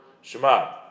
Shema